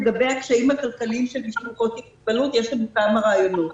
לגבי הקשיים הכלכליים של משפחות עם מוגבלות יש לנו כמה רעיונות.